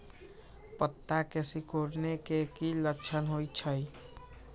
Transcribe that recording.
पत्ता के सिकुड़े के की लक्षण होइ छइ?